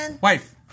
wife